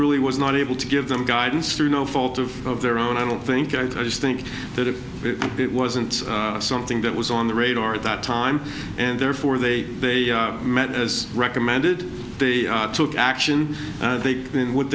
really was not able to give them guidance through no fault of their own i don't think i just think that if it wasn't something that was on the radar at that time and therefore they they met as recommended they took action they